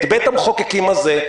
את בית המחוקקים הזה,